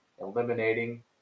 eliminating